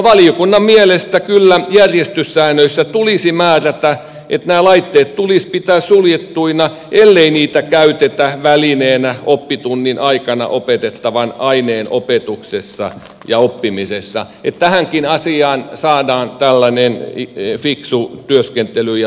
valiokunnan mielestä kyllä järjestyssäännöissä tulisi määrätä että nämä laitteet tulisi pitää suljettuina ellei niitä käytetä välineinä oppitunnin aikana opetettavan aineen opetuksessa ja oppimisessa että tähänkin asiaan saadaan tällainen fiksu työskentely ja toimintatapa